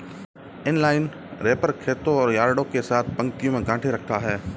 inline wrapper खेतों और यार्डों के साथ पंक्तियों में गांठें रखता है